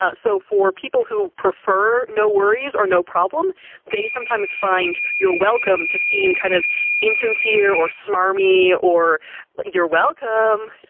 ah so for people who prefer no worries or no problem they sometimes find you're welcome to seem kind of insincere or smarmy or like you're welcome.